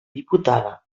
diputada